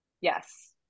Yes